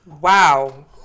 Wow